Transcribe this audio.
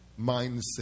mindset